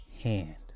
hand